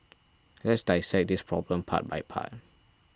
let's dissect this problem part by part